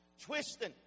twisting